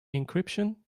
encryption